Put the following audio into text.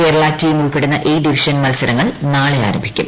Kerala team ഉൾപ്പെടുന്ന A division മത്സരങ്ങൾ നാളെ ആരംഭിക്കും